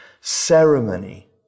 ceremony